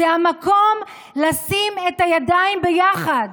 זה המקום לשים את הידיים ביחד,